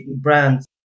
brands